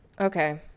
Okay